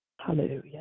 Hallelujah